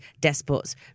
despots